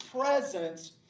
presence